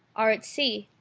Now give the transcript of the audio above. are at sea,